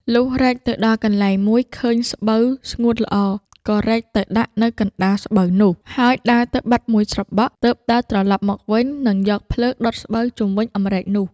លុះរែកទៅដល់កន្លែងមួយឃើញស្បូវស្ងួតល្អ ក៏រែកទៅដាក់នៅកណ្តាលស្បូវនោះ ហើយដើរទៅបាត់មួយស្របក់ទើបដើរត្រឡប់មកវិញនិងយកភ្លើងដុតស្បូវជុំវិញអំរែកនោះ។